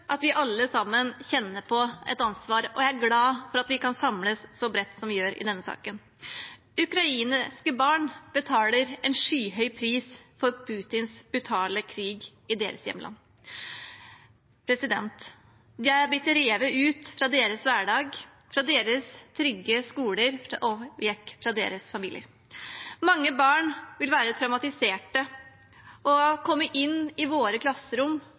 at vi alle sammen kjenner på et ansvar, og jeg er glad for at vi kan samles så bredt som vi gjør i denne saken. Ukrainske barn betaler en skyhøy pris for Putins brutale krig i deres hjemland. De har blitt revet ut fra sin hverdag, vekk fra sine trygge skoler og vekk fra sine familier. Mange barn vil være traumatisert og vil komme inn i våre klasserom